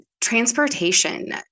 Transportation